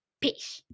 Peace